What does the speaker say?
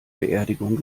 beerdigung